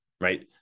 right